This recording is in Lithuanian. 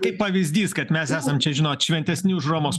kaip pavyzdys kad mes esam čia žinot šventesni už romos